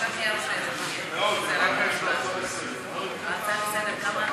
ההסתייגות (112) של קבוצת סיעת המחנה